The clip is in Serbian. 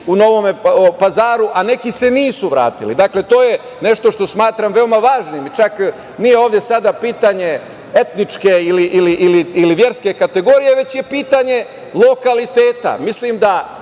u Novome Pazaru, a neki se nisu vratili. Dakle, to je nešto što smatram veoma važnim. Nije ovde sada pitanje etničke ili verske kategorije, već je pitanje lokaliteta. Mislim da